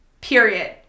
period